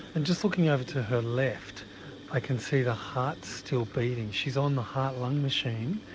and just looking over to her left i can see the heart still beating, she's on the heart lung machine,